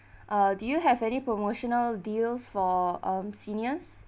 uh do you have any promotional deals for um seniors